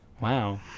wow